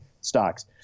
stocks